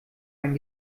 einen